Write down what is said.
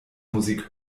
musik